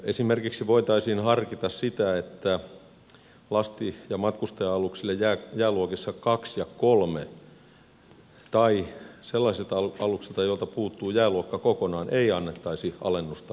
esimerkiksi voitaisiin harkita sitä että lasti ja matkustaja aluksille jääluokissa ii ja iii tai sellaisille aluksille joilta puuttuu jääluokka kokonaan ei annettaisi alennusta väylämaksuissa